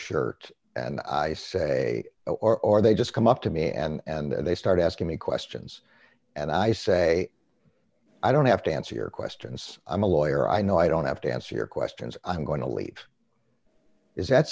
shirt and i say or or they just come up to me and they start asking me questions and i say i don't have to answer your questions i'm a lawyer i know i don't have to answer your questions i'm going to leave is that